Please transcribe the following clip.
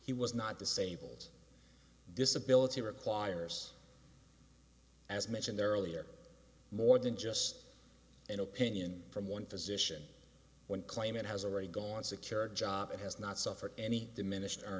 he was not the sables disability requires as mentioned earlier more than just an opinion from one physician when claimant has already gone secure a job and has not suffered any diminished